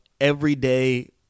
everyday